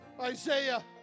Isaiah